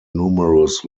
numerous